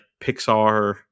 Pixar